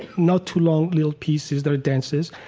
not too long, little pieces, they're dances.